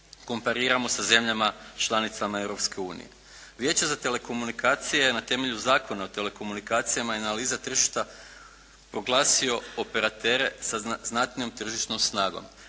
kompariramo sa zemljama članicama Europske unije. Vijeće za telekomunikacije na temelju Zakona o telekomunikacijama i analiza tržišta proglasio je operatere sa znatnijom tržišnom snagom.